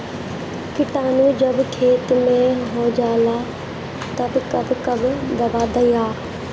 किटानु जब खेत मे होजाला तब कब कब दावा दिया?